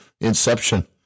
inception